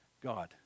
God